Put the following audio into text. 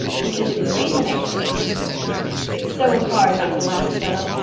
because it would rain the next day it's so hard not to laugh, stella.